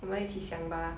我们一起想吧